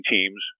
Teams